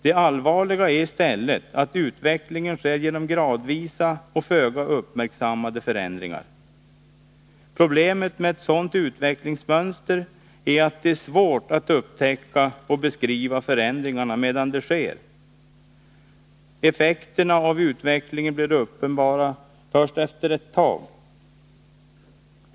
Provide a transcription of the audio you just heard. Det allvarliga är i stället att utvecklingen sker genom gradvisa och föga uppmärksammade förändringar. Problemet med ett sådant utvecklingsmönster är att det är svårt att upptäcka och beskriva förändringarna medan de sker. Effekterna av utvecklingen blir uppenbara först efter ett tag.